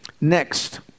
Next